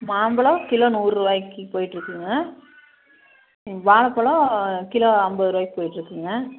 மாம்பழம் கிலோ நூறுபாய்க்கி போயிட்டு இருக்குங்க ம் வாழப்பழம் கிலோ ஐம்பது ரூபாய்க்கி போயிட்டு இருக்குங்க